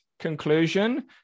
conclusion